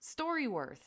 StoryWorth